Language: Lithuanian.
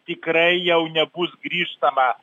tikrai jau nebus grįžtama